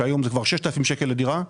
שהיום זה כבר 6,000 שקלים לדירה,